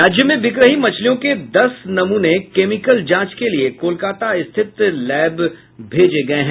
राज्य में बिक रही मछलियों के दस नमूने केमिकल जांच के लिये कोलकत्ता स्थित लैब में भेजा गया है